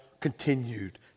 continued